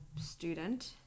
student